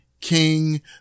king